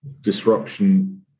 disruption